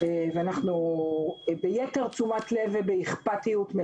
ואנחנו מלווים אותה ביתר תשומת לב ואכפתיות.